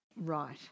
Right